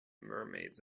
mermaids